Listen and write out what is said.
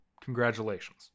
Congratulations